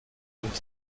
und